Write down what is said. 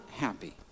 happy